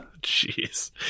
Jeez